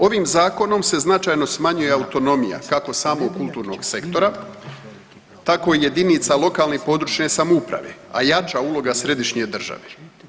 Ovim Zakonom se značajno smanjuje autonomija, kako samog kulturnog sektora, tako i jedinica lokalne i područne samouprave, a jača uloga središnje države.